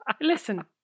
listen